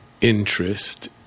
interest